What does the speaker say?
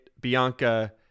Bianca